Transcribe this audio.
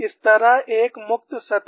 इस तरफ एक मुक्त सतह है